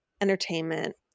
entertainment